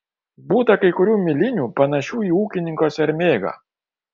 būta kai kurių milinių panašių į ūkininko sermėgą